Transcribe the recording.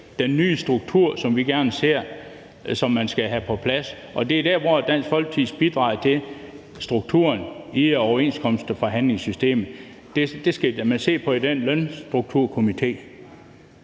den nye struktur, som vi gerne ser man skal have på plads. Det er der, Dansk Folkepartis bidrag til strukturen i overenskomstforhandlingssystemet er. Det skal man se på i den lønstrukturkomité.